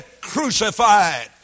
crucified